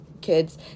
kids